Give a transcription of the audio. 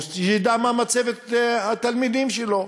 באוגוסט לדעת מה מצבת התלמידים שלו.